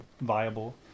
viable